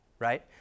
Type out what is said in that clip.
right